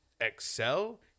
excel